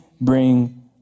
bring